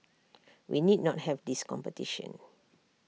we need not have this competition